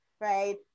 right